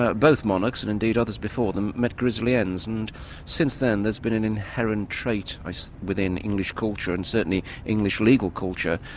ah both monarchs, and indeed others before them, met grisly ends, and since then there's been an inherent trait within english culture and certainly english legal culture,